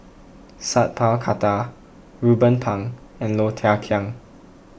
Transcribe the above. Sat Pal Khattar Ruben Pang and Low Thia Khiang